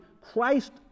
Christ